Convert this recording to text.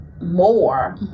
more